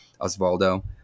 Osvaldo